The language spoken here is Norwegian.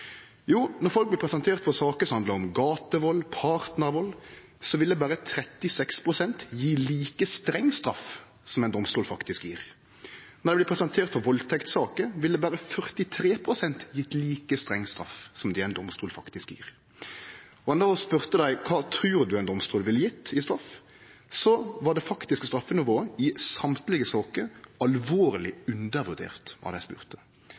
Jo, når folk blir presenterte for saker som handlar om gatevald og partnarvald, ville berre 36 pst. gje like streng straff som ein domstol faktisk gjev. Når dei blir presenterte for valdtektssaker, ville berre 43 pst. gje like streng straff som det ein domstol faktisk gjev. Og når ein spurde dei kva dei trudde ein domstol ville gje i straff, var det faktiske straffenivået i alle saker alvorleg undervurdert av dei spurde.